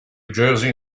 jersey